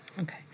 Okay